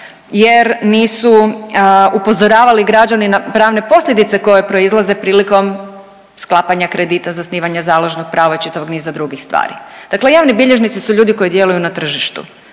jer nisu upozoravali građane na pravne posljedice koje proizlaze prilikom sklapanja kredita, zasnivanja založnog prava i čitavog niza drugih stvari. Dakle, javni bilježnici su ljudi koji djeluju na tržištu.